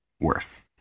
worth